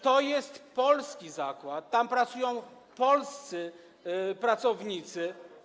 To jest polski zakład, tam pracują polscy pracownicy.